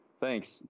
Thanks